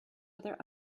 other